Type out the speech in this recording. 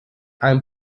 ein